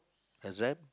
exam